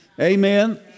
Amen